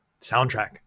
soundtrack